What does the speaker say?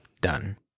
Done